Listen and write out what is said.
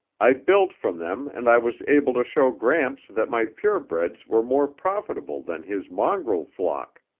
i built from them and i was able to show gramps that my purebreds were more profitable than his mongrel flock.